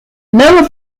lower